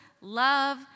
love